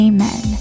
Amen